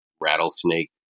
rattlesnake